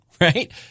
right